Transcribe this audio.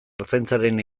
ertzaintzaren